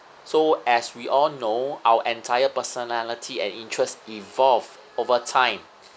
so as we all know our entire personality and interest evolve over time